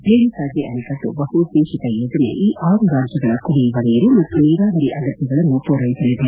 ರೇಣುಕಾಜಿ ಅಣೆಕಟ್ಟು ಬಹು ಉದ್ದೇಶಿತ ಯೋಜನೆ ಈ ಆರು ರಾಜ್ಲಗಳ ಕುಡಿಯುವ ನೀರು ಮತ್ತು ನೀರಾವರಿ ಅಗತ್ತಗಳನ್ನು ಪೂರೈಸಲಿದೆ